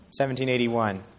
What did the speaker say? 1781